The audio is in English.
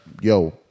yo